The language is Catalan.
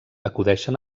acudeixen